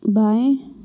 बाएँ